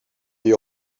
the